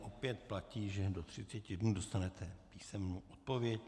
Opět platí, že do třiceti dnů dostanete písemnou odpověď.